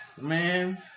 Man